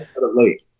late